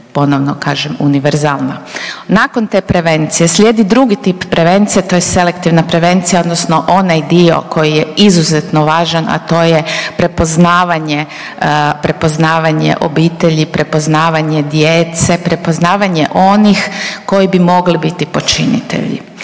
ponovno kažem univerzalna. Nakon te prevencije slijedi drugi tip prevencije, to je selektivna prevencija odnosno onaj dio koji je izuzetno važan, a to je prepoznavanje, prepoznavanje obitelji, prepoznavanje djece, prepoznavanje onih koji bi mogli biti počinitelji